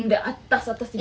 the atas atas sekali